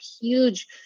huge